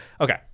okay